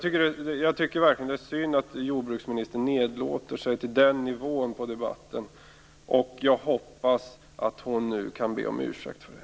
Det är verkligen synd att jordbruksministern nedlåter sig till den nivån på debatten. Jag hoppas att jordbruksministern nu kan be om ursäkt för det.